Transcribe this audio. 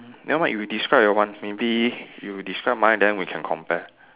never mind you describe your one maybe you describe mine then we can compare